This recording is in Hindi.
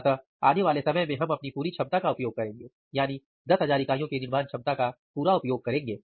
अतः आने वाले समय में हम अपनी पूरी क्षमता का उपयोग करेंगे यानी 10000 इकाइयों की निर्माण क्षमता का पूरा उपयोग करेंगे